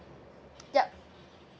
yup